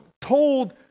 told